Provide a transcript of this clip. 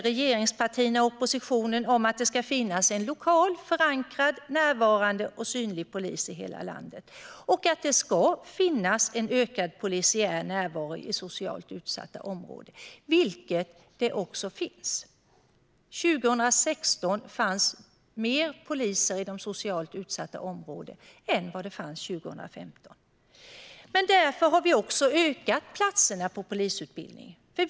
Regeringspartierna och oppositionen är överens om att det ska finnas en lokalt förankrad, närvarande och synlig polis i hela landet och en ökad polisiär närvaro i socialt utsatta områden, vilket det också gör. År 2016 fanns fler poliser i de socialt utsatta områdena än vad det gjorde 2015. Därför har vi ökat antalet platser på polisutbildningen.